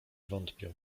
wątpię